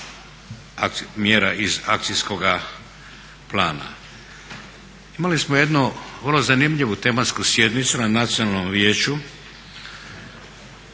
mjera iz akcijskog plana. Imali smo jednu vrlo zanimljivu tematsku sjednicu na Nacionalnom vijeću